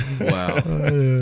Wow